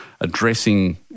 addressing